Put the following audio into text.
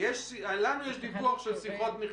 אין פה שינוי בנתון.